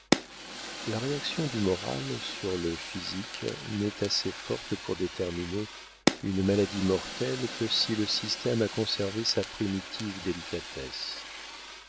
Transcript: la réaction du moral sur le physique n'est assez forte pour déterminer une maladie mortelle que si le système a conservé sa primitive délicatesse